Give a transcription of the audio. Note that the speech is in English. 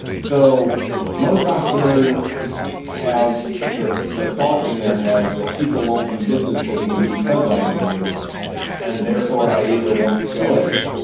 so most entrepreneurs have the the thought in their head that people won't do business with me because i'm new and therefore i either won't show it,